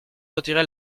retirer